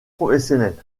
professionnels